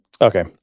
Okay